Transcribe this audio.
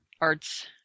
arts